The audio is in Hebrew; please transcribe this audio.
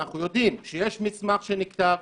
אנחנו יודעים שיש מסמך שנכתב,